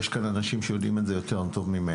יש כאן אנשים שיודעים את זה טוב ממני.